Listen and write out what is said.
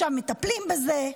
עכשיו מטפלים בזה.